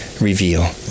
reveal